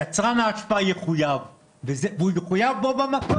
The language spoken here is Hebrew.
הייתי רוצה באמת